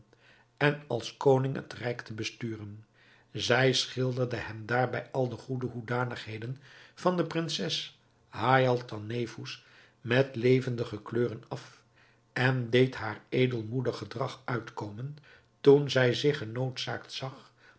en als koning het rijk te besturen zij schilderde hem daarbij al de goede hoedanigheden van de prinses haïatalnefous met levendige kleuren af en deed haar edelmoedig gedrag uitkomen toen zij zich genoodzaakt zag